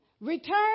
Return